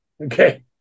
Okay